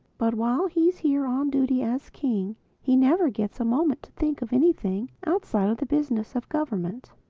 but while he is here on duty as king he never gets a moment to think of anything outside of the business of government.